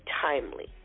timely